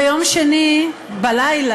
ביום שני בלילה,